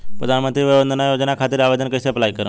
प्रधानमंत्री वय वन्द ना योजना खातिर कइसे अप्लाई करेम?